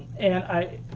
and i